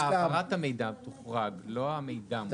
שהעברת המידע תוחרג, לא המידע מוחרג.